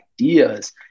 ideas